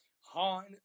Han